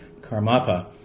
Karmapa